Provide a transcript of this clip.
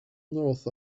north